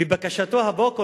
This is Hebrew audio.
ובקשתו הבוקר,